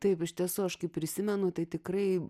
taip iš tiesų aš kaip prisimenu tai tikrai